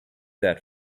that